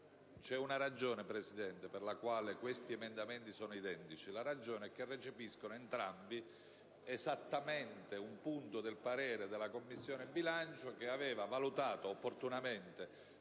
C'è una ragione, signora Presidente, per la quale questi emendamenti sono identici: è che recepiscono entrambi un punto del parere della Commissione bilancio che aveva valutato opportunamente